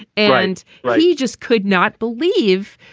and he just could not believe,